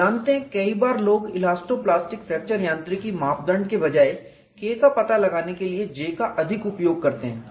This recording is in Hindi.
आप जानते हैं कई बार लोग इलास्टो प्लास्टिक फ्रैक्चर यांत्रिकी मापदंड के बजाय K का पता लगाने के लिए J का अधिक उपयोग करते हैं